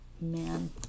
Man